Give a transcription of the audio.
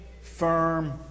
firm